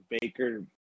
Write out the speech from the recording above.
Baker